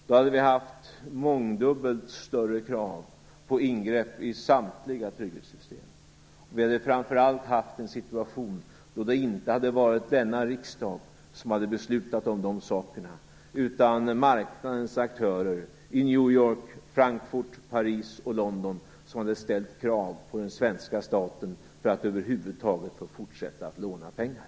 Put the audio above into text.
Då hade vi haft mångdubbelt större krav på ingrepp i samtliga trygghetssystem. Framför allt skulle vi ha haft en situation där det inte hade varit denna riksdag som hade beslutat om de sakerna, utan marknadens aktörer i New York, Frankfurt, Paris och London hade ställt krav på den svenska staten; detta för att över huvud taget få fortsätta att låna pengar.